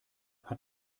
hat